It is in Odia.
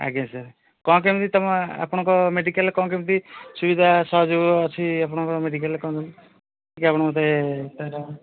ଆଜ୍ଞା ସାର୍ କ'ଣ କେମିତି ଆପଣଙ୍କ ମେଡିକାଲରେ କ'ଣ କେମିତି ସୁବିଧା ସହଯୋଗ ଅଛି ଆପଣଙ୍କ ମେଡିକାଲରେ କ'ଣ ଟିକେ ଆପଣ ମୋତେ ତାର